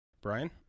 Brian